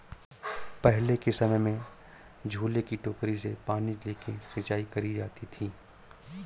पहले के समय में झूले की टोकरी से पानी लेके सिंचाई करी जाती थी